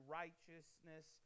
righteousness